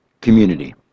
community